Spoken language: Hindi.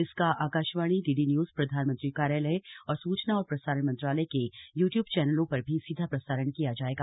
इसका आकाशवाणी डीडी न्यूज प्रधानमंत्री कार्यालय तथा सूचना और प्रसारण मंत्रालय के यूट्यूब चैनलों पर भी सीधा प्रसारण किया जायेगा